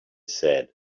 said